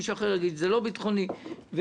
מישהו אחר יגיד שזה לא ביטחוני וזהו.